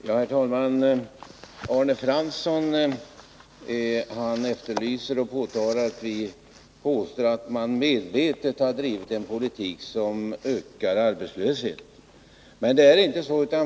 Herr talman! Arne Fransson gör gällande att vi påstår att de borgerliga medvetet har drivit en politik som ökar arbetslösheten. Men det är inte så.